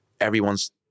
everyone's